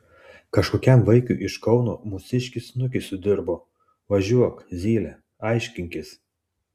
kažkokiam vaikiui iš kauno mūsiškis snukį sudirbo važiuok zyle aiškinkis